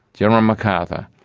general macarthur,